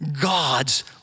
God's